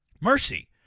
Mercy